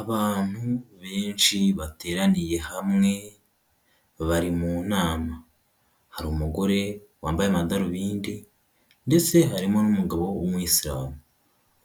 Abantu benshi bateraniye hamwe, bari mu nama. Hari umugore wambaye amadarubindi ndetse harimo n'umugabo w'umuyisilamu.